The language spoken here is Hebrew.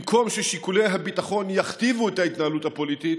במקום ששיקולי הביטחון יכתיבו את ההתנהלות הפוליטית,